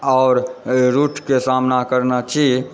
आओर रुटके सामना करने छी